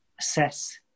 assess